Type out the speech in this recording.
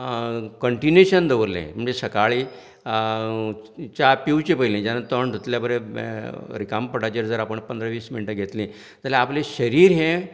continuation दवरलें म्हणजें सकाळीं च्या पिवचे पयलीच्या तोंड धुतल्या बरें रिकाम्या पोटाचेर जर आपूण पंदरा वीस मिनटां घेतली जाल्यार आपले शरीर हें